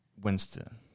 Winston